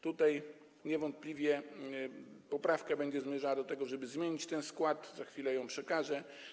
Tutaj niewątpliwie poprawka będzie zmierzała do tego, żeby zmienić ten skład, za chwilę ją przekażę.